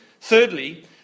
thirdly